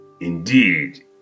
Indeed